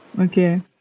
Okay